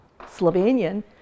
Slovenian